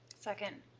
second.